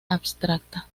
abstracta